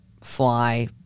fly